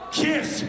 kiss